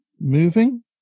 moving